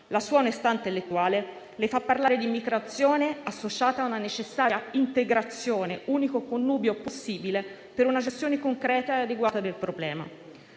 La sua onestà intellettuale le fa parlare di immigrazione associata a una necessaria integrazione, unico connubio possibile per una gestione concreta e adeguata del problema.